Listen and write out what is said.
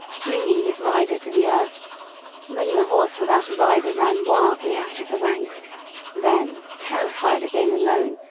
flinging his rider to the earth many a horse without a rider ran wildly out of the ranks then terrified at being alone,